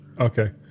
Okay